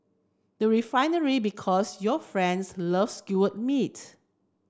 the Refinery Because your friends love skewer meat